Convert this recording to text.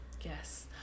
yes